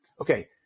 Okay